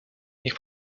niech